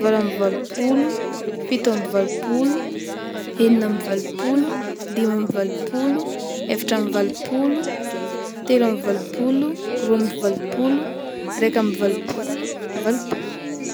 valo amby valopolo, fito amby valopolo, enina amby valopolo, dimy amby valopolo, efatra amby valopolo, telo amby valopolo, roa amby valopolo, raiky amby valopolo, valopolo.